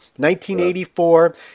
1984